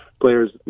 players